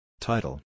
Title